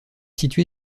située